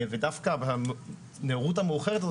ודווקא הנערות המאוחרת הזאת,